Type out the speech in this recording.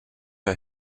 her